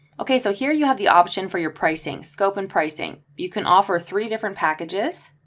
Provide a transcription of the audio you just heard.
okay, so here you have the option for your pricing, scope and pricing, you can offer three different packages.